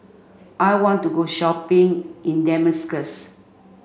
I want to go shopping in Damascus